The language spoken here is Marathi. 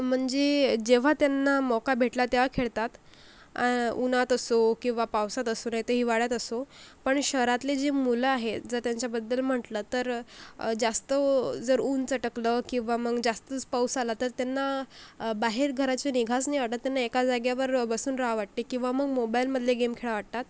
म्हणजे जेव्हा त्यांना मौका भेटला तेव्हा खेळतात उन्हात असो किंवा पावसात असो नाहीतर हिवाळ्यात असो पण शहरातले जे मुलं आहेत जर त्यांच्याबद्दल म्हटलं तर जास्त जर ऊन चटकलं किंवा मग जास्तच पाऊस आला तर त्यांना बाहेर घराच्या निघायचं नाही वाटत त्यांना एका जागेवर बसून राहावं वाटते किंवा मग मोबाईलमधले गेम खेळावं वाटतात